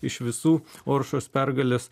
iš visų oršos pergalės